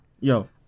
Yo